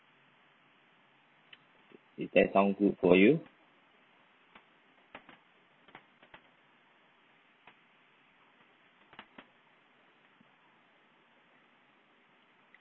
is that sound good for you